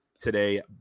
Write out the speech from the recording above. today